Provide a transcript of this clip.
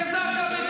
בזק"א,